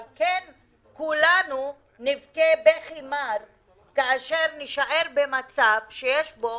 אבל כן כולם נבכה בכי מר כאשר נישאר במצב שיש בו